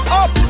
up